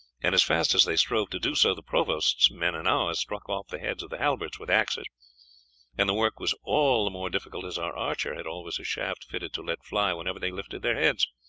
and as fast as they strove to do so the provost's men and ours struck off the heads of the halberts with axes and the work was all the more difficult as our archer had always a shaft fitted to let fly whenever they lifted their heads.